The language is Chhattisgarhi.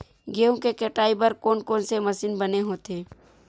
गेहूं के कटाई बर कोन कोन से मशीन बने होथे?